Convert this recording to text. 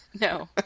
No